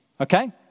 Okay